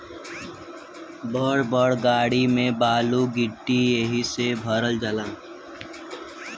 बड़ बड़ गाड़ी में बालू गिट्टी एहि से भरल जाला